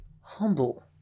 humble